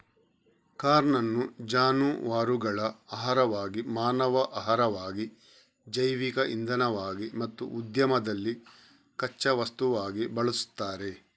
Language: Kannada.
ಕಾರ್ನ್ ಅನ್ನು ಜಾನುವಾರುಗಳ ಆಹಾರವಾಗಿ, ಮಾನವ ಆಹಾರವಾಗಿ, ಜೈವಿಕ ಇಂಧನವಾಗಿ ಮತ್ತು ಉದ್ಯಮದಲ್ಲಿ ಕಚ್ಚಾ ವಸ್ತುವಾಗಿ ಬಳಸ್ತಾರೆ